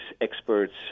experts